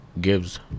gives